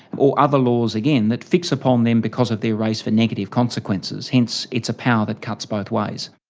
or other laws, again, that fix upon them because of their race for negative consequences, hence it's a power that cuts both ways.